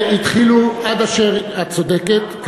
את צודקת.